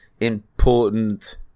important